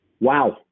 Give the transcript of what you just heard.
wow